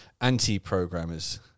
anti-programmers